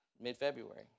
mid-February